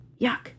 Yuck